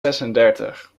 zesendertig